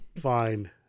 Fine